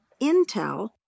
Intel